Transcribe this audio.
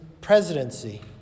presidency